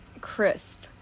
crisp